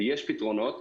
ויש פתרונות,